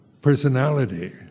personality